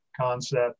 concept